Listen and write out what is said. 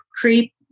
creep